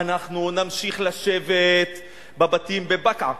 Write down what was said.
אנחנו נמשיך לשבת בבתים בבקעה,